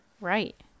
Right